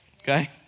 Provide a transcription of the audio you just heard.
okay